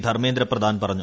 ധർമ്മേന്ദ്ര പ്രധാൻ പറഞ്ഞു